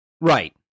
Right